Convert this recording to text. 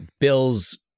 Bill's